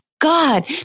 God